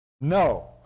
No